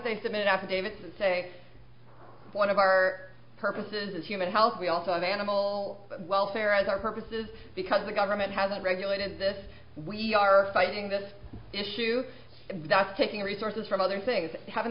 they submit affidavits and say one of our purposes is human health we also have animal welfare as our purposes because the government hasn't regulated this we are fighting this issue that's taking resources from other things haven't